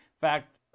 fact